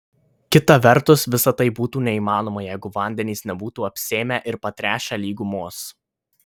kita vertus visa tai būtų neįmanoma jeigu vandenys nebūtų apsėmę ir patręšę lygumos